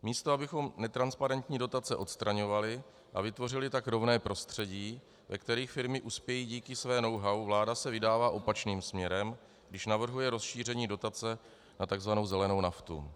Místo toho, abychom netransparentní dotace odstraňovali, a vytvořili tak rovné prostředí, ve kterých firmy uspějí díky své knowhow, vláda se vydává opačným směrem, když navrhuje rozšíření dotace na tzv. zelenou naftu.